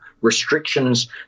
restrictions